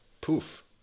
Poof